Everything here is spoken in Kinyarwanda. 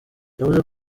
yavuze